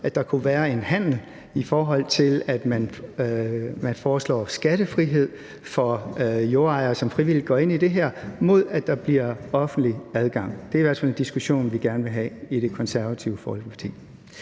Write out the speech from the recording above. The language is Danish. at der kunne være en handel, sådan at man foreslår skattefrihed for jordejere, som frivilligt går ind i det her, mod at der bliver offentlig adgang. Det er i hvert fald en diskussion, vi gerne vil have i Det Konservative Folkeparti.